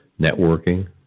networking